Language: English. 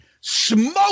smoke